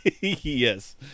Yes